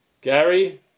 Gary